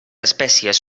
espècies